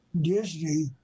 Disney